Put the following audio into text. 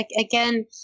again